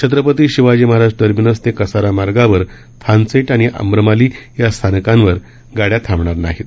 Chhatrapati Shivaji Maharaj terminus ते कसारा मार्गावर थानसेट आणि अंबरमाली या स्थानकांवर या गाड्या थांबणार नाहीत